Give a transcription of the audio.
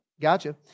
Gotcha